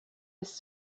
his